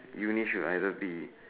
uni should either be